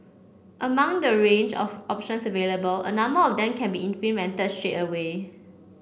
among the range of options available a number of them can be implemented straight away